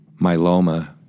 myeloma